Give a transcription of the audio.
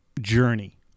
journey